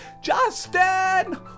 Justin